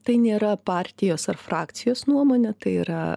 tai nėra partijos ar frakcijos nuomonė tai yra